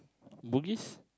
Bugis